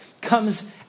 comes